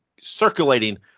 circulating